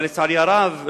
אבל לצערי הרב,